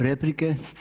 Replike?